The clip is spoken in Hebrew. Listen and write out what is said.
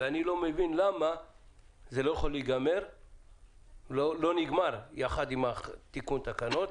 אני לא מבין למה זה לא נגמר יחד עם תיקון התקנות?